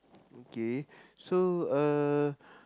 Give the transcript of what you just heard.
okay so uh